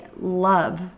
love